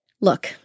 Look